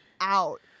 out